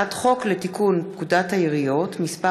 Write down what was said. הצעת חוק לתיקון פקודת העיריות (מס'